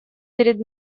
перед